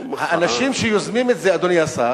הם לא אמרו.